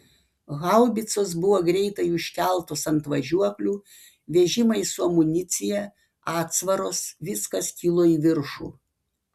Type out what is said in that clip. haubicos buvo greitai užkeltos ant važiuoklių vežimai su amunicija atsvaros viskas kilo į viršų